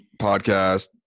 podcast